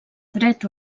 dret